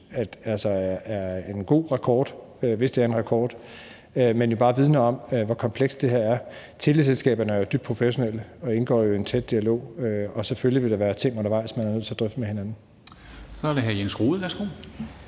er en god rekord, hvis det er en rekord, men jo bare vidner om, hvor komplekst det her er. Teleselskaberne er dybt professionelle og indgår i en tæt dialog, og selvfølgelig vil der være ting undervejs, man er nødt til at drøfte med hinanden. Kl. 10:10 Formanden